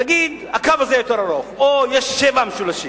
נגיד: הקו הזה יותר ארוך, או: יש שבעה משולשים.